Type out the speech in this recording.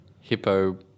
Hippo